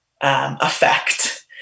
effect